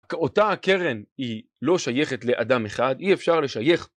אותה הקרן היא לא שייכת לאדם אחד, אי אפשר לשייך.